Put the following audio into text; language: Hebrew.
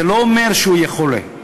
זה לא אומר שהוא יהיה חולה.